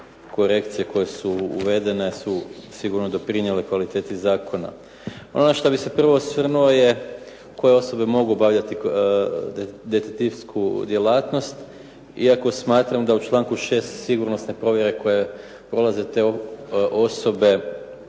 korekcije koje su uvedene su sigurno doprinijele kvaliteti zakona. Ono što bih se prvo osvrnuo je koje osobe mogu obavljati detektivsku djelatnost, iako smatram da u članku 6. sigurnosne provjere koje prolaze te osobe